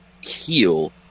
heal